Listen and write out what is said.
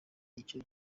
icyo